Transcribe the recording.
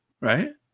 right